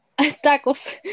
tacos